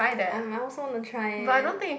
I might also want to try